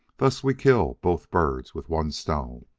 thus we kill both birds with one stone